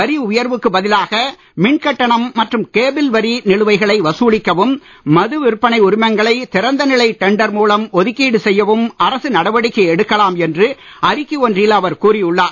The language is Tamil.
வரி உயர்வுக்கு பதிலாக மின் கட்டணம் மற்றும் கேபிள் வரி நிலுவைகளை வசூலிக்கவும் மது விற்பனை உரிமங்களை திறந்தநிலை டெண்டர் மூலம் ஒதுக்கீடு செய்யவும் அரசு நடவடிக்கை எடுக்கலாம் என்று அறிக்கை ஒன்றில் அவர் கூறியுள்ளார்